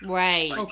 right